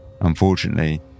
Unfortunately